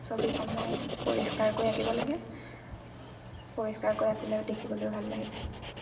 ছবিসমূহ পৰিষ্কাৰকৈ আঁকিব লাগে পৰিষ্কাৰকৈ আঁকিলেে দেখিবলৈ ভাল লাগে